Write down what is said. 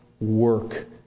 work